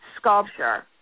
sculpture